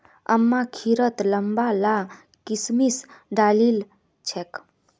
अम्मा खिरत लंबा ला किशमिश डालिल छेक